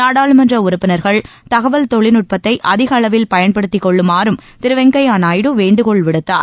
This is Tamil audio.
நாடாளுமன்ற உறுப்பினர்கள் தகவல் தொழில்நுட்பத்தை அதிக அளவில் பயன்படுத்திக் கொள்ளுமாறும் திரு வெங்கப்ய நாயுடு வேண்டுகோள் விடுத்தார்